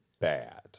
bad